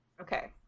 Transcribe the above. Okay